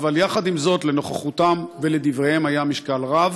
אבל לנוכחותם ולדבריהם היה משקל רב,